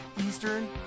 Eastern